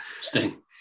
Sting